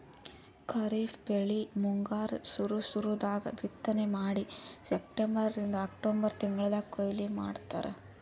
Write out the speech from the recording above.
ಖರೀಫ್ ಬೆಳಿ ಮುಂಗಾರ್ ಸುರು ಸುರು ದಾಗ್ ಬಿತ್ತನೆ ಮಾಡಿ ಸೆಪ್ಟೆಂಬರಿಂದ್ ಅಕ್ಟೋಬರ್ ತಿಂಗಳ್ದಾಗ್ ಕೊಯ್ಲಿ ಮಾಡ್ತಾರ್